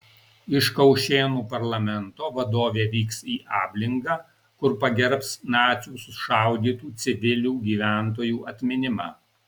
iš kaušėnų parlamento vadovė vyks į ablingą kur pagerbs nacių sušaudytų civilių gyventojų atminimą